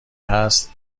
هست